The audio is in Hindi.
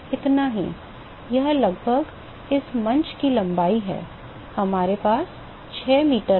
इतना ही यह लगभग इस मंच की लंबाई है हमारे पास 6 मीटर है